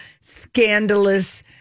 scandalous